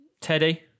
Teddy